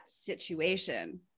situation